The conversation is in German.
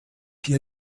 hier